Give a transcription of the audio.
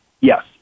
Yes